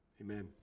Amen